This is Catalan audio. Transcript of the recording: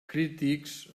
crítics